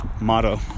motto